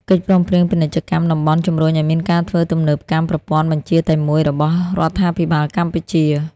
កិច្ចព្រមព្រៀងពាណិជ្ជកម្មតំបន់ជំរុញឱ្យមានការធ្វើទំនើបកម្មប្រព័ន្ធបញ្ជរតែមួយរបស់រដ្ឋាភិបាលកម្ពុជា។